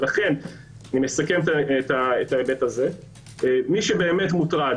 לכן, מי שבאמת מוטרד